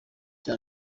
cya